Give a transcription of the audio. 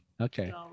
Okay